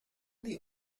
die